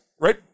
right